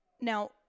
now